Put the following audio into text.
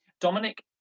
dominic